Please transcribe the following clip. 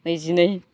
नैजिनै